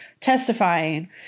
testifying